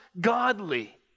godly